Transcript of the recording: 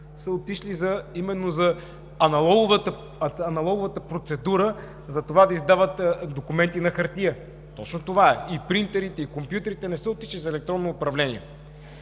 са отишли именно за аналоговата процедура да издават документи на хартия. Точно това е. И принтерите, и компютрите… Не са отишли за електронно управление.